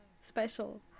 special